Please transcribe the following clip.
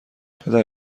پدر